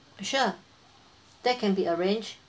sure that can be arranged